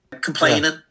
complaining